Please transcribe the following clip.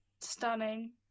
Stunning